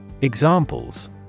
Examples